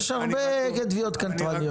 יש הרבה תביעות קנטרניות.